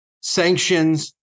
Sanctions